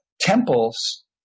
temples